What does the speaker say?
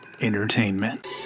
Entertainment